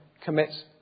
commits